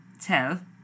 tell